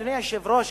אדוני היושב-ראש,